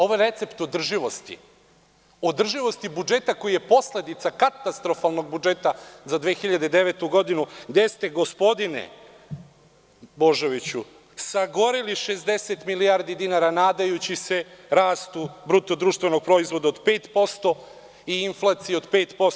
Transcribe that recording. Ovo je recept održivosti, održivosti budžeta koji je posledica katastrofalnog budžeta za 2009. godinu, gde ste, gospodine Božoviću, sagoreli 60 milijardi dinara, nadajući se rastu BDP od 5% i inflaciji od 5%